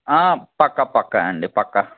పక్కా పక్కా అండి పక్కా